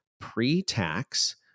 pre-tax